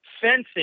fencing